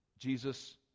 Jesus